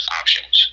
options